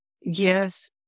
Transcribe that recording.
Yes